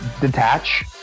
detach